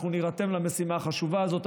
אנחנו נירתם למשימה החשובה הזאת.